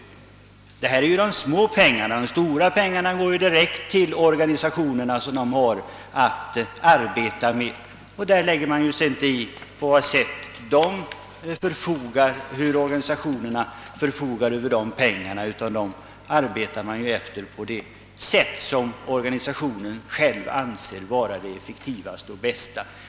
Anslaget till statens ungdomsråd är det lilla beloppet — de stora pengarna går direkt till organisationerna, och staten lägger sig inte i hur organisationerna förfogar Över dessa medel. Vederbörande organisationer får använda medlen på det sätt som de anser vara effektivast och bäst.